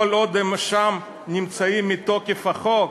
כל עוד הם נמצאים שם מתוקף החוק,